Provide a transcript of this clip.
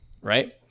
right